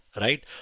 right